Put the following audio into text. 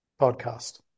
podcast